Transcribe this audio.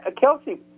Kelsey